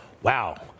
Wow